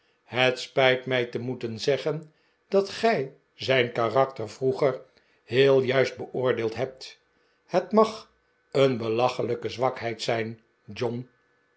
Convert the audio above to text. het spijt mij te moeten zeggen dat gij zijn karakter vroeger heel juist beoordeeld hebt het mag een belachelijke zwakheid zijn john